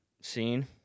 scene